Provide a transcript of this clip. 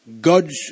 God's